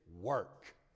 work